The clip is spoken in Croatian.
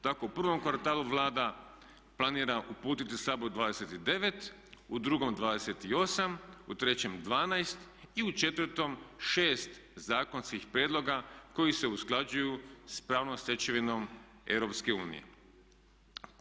Tako u prvom kvartalu Vlada planira uputiti Saboru 29, u drugom 28, u trećem 12. i u četvrtom 6 zakonskih prijedloga koji se usklađuju sa pravnom stečevinom Europske unije.